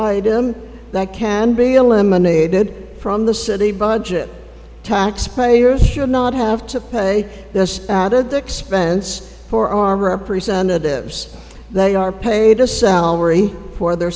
item that can be eliminated from the city budget taxpayers should not have to pay this added the expense for our representatives they are paid a salary for their